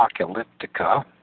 Apocalyptica